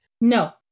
No